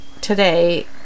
today